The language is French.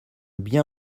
bien